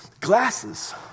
glasses